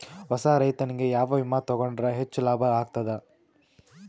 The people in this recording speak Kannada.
ಹೊಸಾ ರೈತನಿಗೆ ಯಾವ ವಿಮಾ ತೊಗೊಂಡರ ಹೆಚ್ಚು ಲಾಭ ಆಗತದ?